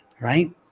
right